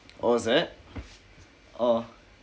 oh is it oh